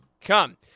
come